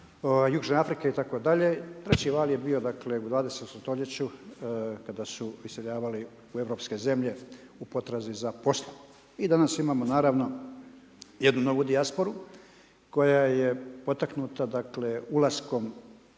Južne Afrike itd. Treći val je bio dakle u 20. stoljeću kada su iseljavali u europske zemlje u potrazi za poslom. I danas imamo naravno jednu novu dijasporu koja je potaknuta ulaskom